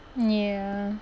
ya